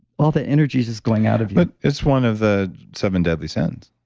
all the energies is going out of but it's one of the seven deadly sins.